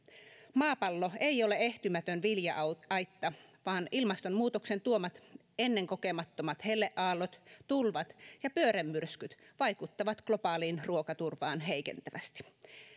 maapallo ei ole ehtymätön vilja aitta vaan ilmastonmuutoksen tuomat ennenkokemattomat helleaallot tulvat ja pyörremyrskyt vaikuttavat globaaliin ruokaturvaan heikentävästi